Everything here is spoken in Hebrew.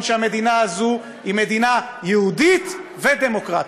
שהמדינה הזו היא מדינה יהודית ודמוקרטית.